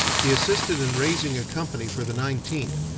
he assisted in raising a company for the nineteenth,